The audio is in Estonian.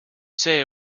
see